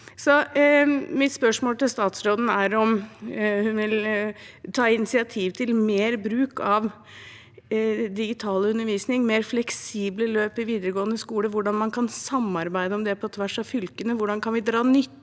Mitt spørsmål til statsråden er om hun vil ta initiativ til mer bruk av digital undervisning og mer fleksible løp i videregående skole. Hvordan kan man samarbeide om det på tvers av fylkene? Hvordan kan vi dra nytte